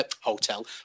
hotel